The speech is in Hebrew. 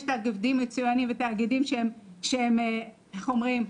יש תאגידים מצוינים ותאגידים שהם איך אומרים,